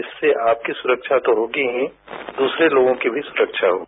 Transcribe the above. इससे आपकी सुरक्षा तो होगी ही दूसरे लोगों की सुरक्षा भी होगी